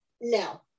no